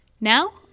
Now